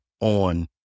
on